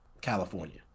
California